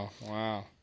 Wow